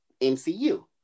MCU